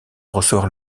recevoir